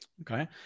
Okay